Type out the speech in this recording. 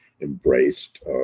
embraced